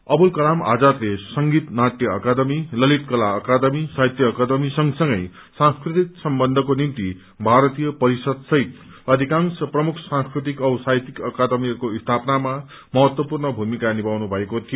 अवुल कलम आजादले संगीत नाट्य अकादमी ललित कला अकादमी साहित्य अकादमी संगसंगै सांस्कृतिक सम्बन्ध्को निम्ति भारीतय परिषदसहित अषिकांश प्रमुख सांस्कृतिक औ साहित्यिक अकादमीहरूको स्थापना मा महत्वपूर्ण भूमिका निभाउनु भएको थियो